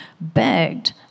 begged